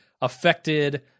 affected